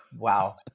Wow